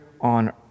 on